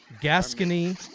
Gascony